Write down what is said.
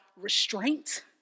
restraint